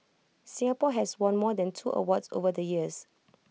Singapore has won more than two awards over the years